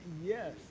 yes